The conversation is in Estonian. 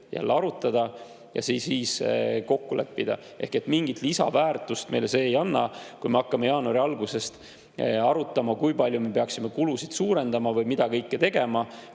jälle arutada ja see kokku leppida. Mingit lisaväärtust meile see ei anna, kui me hakkame jaanuari alguses arutama, kui palju me peaksime kulusid suurendama või mida kõike tegema